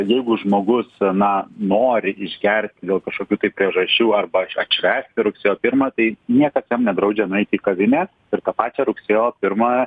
jeigu žmogus na nori išgerti dėl kažkokių priežasčių arba atšvęsti rugsėjo pirmą tai niekas jam nedraudžia nueiti į kavinę ir tą pačią rugsėjo pirmą